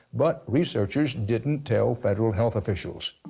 but researchers didn't tell federal health officials.